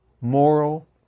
moral